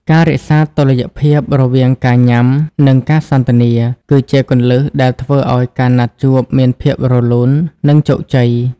ការរក្សាតុល្យភាពរវាងការញ៉ាំ និងការសន្ទនា គឺជាគន្លឹះដែលធ្វើឱ្យការណាត់ជួបមានភាពរលូន និងជោគជ័យ។